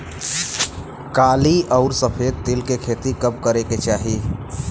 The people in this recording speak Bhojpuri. काली अउर सफेद तिल के खेती कब करे के चाही?